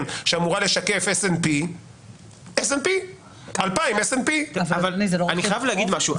שאמורה לשקף .S&P2000 .S&P אני חייב להגיד משהו.